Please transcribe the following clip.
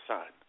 Son